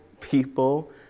people